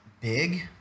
big